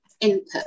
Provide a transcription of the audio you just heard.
input